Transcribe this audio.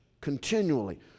continually